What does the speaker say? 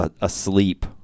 asleep